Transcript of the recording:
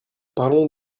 parlons